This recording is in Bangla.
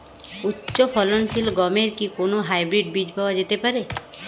উচ্চ ফলনশীল গমের কি কোন হাইব্রীড বীজ পাওয়া যেতে পারে?